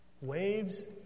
waves